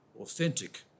authentic